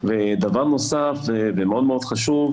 דבר נוסף ומאוד חשוב,